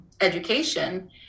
education